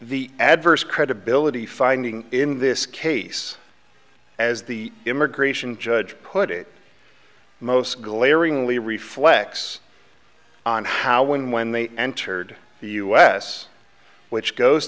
the adverse credibility finding in this case as the immigration judge put it most glaringly reflects on how when when they entered the us which goes